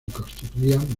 constituían